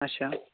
اچھا